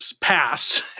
pass